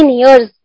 years